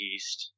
East